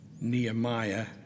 Nehemiah